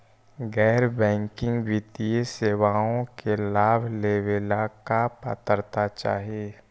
गैर बैंकिंग वित्तीय सेवाओं के लाभ लेवेला का पात्रता चाही?